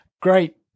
great